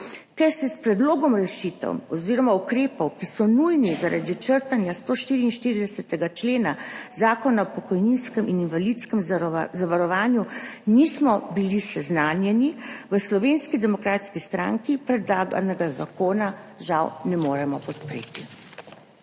Ker s predlogom rešitev oziroma ukrepov, ki so nujni zaradi črtanja 144. člena Zakona o pokojninskem in invalidskem zavarovanju, nismo bili seznanjeni, v Slovenski demokratski stranki predlaganega zakona žal ne moremo podpreti.